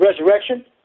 resurrection